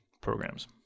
programs